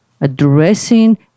addressing